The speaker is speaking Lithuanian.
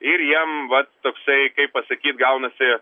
ir jam va toksai kaip pasakyt gaunasi